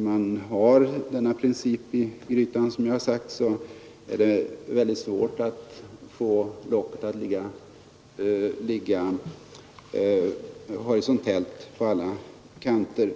man har denna princip i grytan, som jag har sagt, är det svårt att få locket att ligga horisontellt på alla kanter.